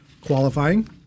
qualifying